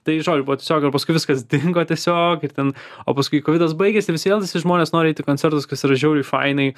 tai žodžiu buvo tiesiog o paskui viskas dingo tiesiog ir ten o paskui kovidas baigėsi visi vėl visi žmonės nori eit į koncertus kas yra žiauriai fainai